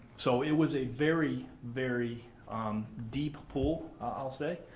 so, it was a very, very deep pool, i'll say.